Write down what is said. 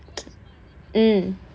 mm